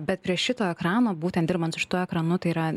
bet prie šito ekrano būtent dirbant su šituo ekranu tai yra